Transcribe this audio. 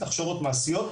הכשרות מעשיות,